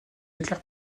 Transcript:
déclare